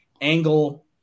Angle